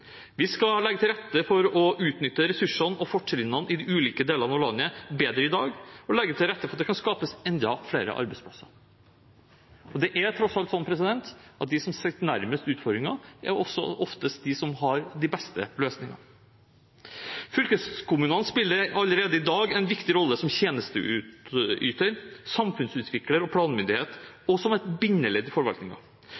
Vi skal legge til rette for å utnytte ressursene og fortrinnene i de ulike delene av landet bedre enn i dag, og legge til rette for at det kan skapes enda flere arbeidsplasser. Det er tross alt slik at de som sitter nærmest utfordringene, også oftest er de som har de beste løsningene. Fylkeskommunene spiller allerede i dag en viktig rolle som tjenesteyter, samfunnsutvikler og planmyndighet,